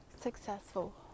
successful